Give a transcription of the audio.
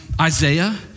Isaiah